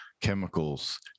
chemicals